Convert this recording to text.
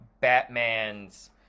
Batman's